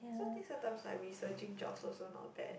so think sometimes like we searching jobs also not bad